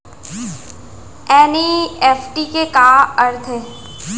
NEFT के का अर्थ है?